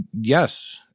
yes